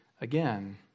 again